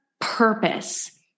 purpose